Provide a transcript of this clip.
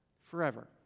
Forever